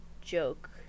joke